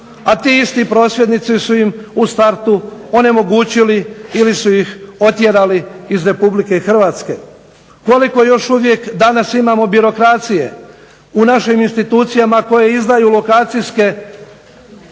a ti isti prosvjednici su im u startu onemogućili ili su ih otjerali iz Republike Hrvatske. Koliko još uvijek danas imamo birokracije u našim institucijama koje izdaju lokacijske i